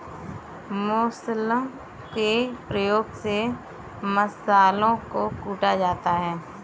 मुसल के प्रयोग से मसालों को कूटा जाता है